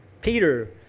Peter